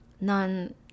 none